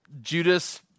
Judas